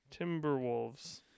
Timberwolves